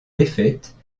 défaite